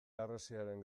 harresiaren